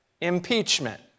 impeachment